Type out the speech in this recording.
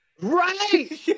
Right